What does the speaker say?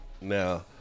Now